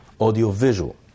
audiovisual